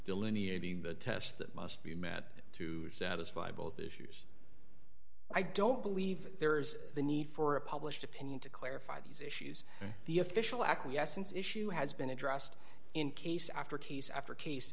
delineate the test that must be met to satisfy both issues i don't believe there's a need for a published opinion to clarify these issues the official acquiescence issue has been addressed in case after case after case